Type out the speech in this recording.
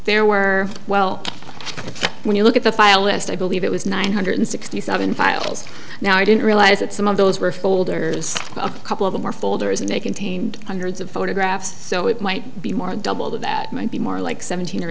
there were well when you look at the file list i believe it was nine hundred sixty seven files now i didn't realize that some of those were folders a couple of them or folders and they contained hundreds of photographs so it might be more double that that might be more like seventeen or